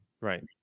Right